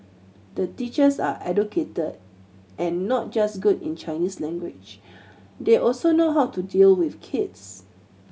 the teachers are educated and not just good in Chinese language they also know how to deal with kids